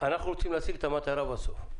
אנחנו רוצים להשיג את המטרה בסוף.